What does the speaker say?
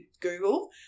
Google